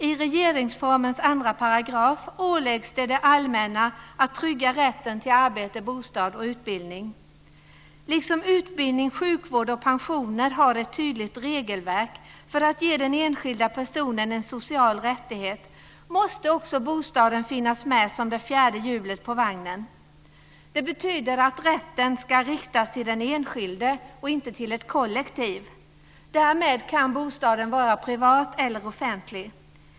I regeringsformens 2 § åläggs det allmänna att trygga rätten till arbete, bostad och utbildning. Vad gäller utbildning, sjukvård och pensioner finns det ett tydligt regelverk som ger den enskilde sociala rättigheter. Bostaden måste finnas med som det fjärde hjulet under vagnen. Rättigheterna ska avse den enskilde och inte ett kollektiv. Bostaden kan vara privat eller offentlig.